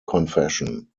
confession